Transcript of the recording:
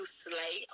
slay